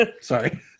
sorry